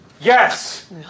Yes